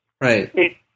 right